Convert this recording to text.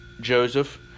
Joseph